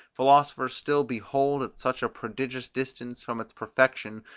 philosophers still behold at such a prodigious distance from its perfection,